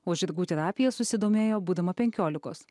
o žirgų terapija susidomėjo būdama penkiolikos